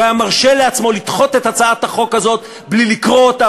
לא היה מרשה לעצמו לדחות את הצעת החוק הזאת בלי לקרוא אותה,